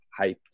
hyped